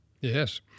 Yes